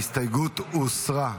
ההסתייגות הוסרה.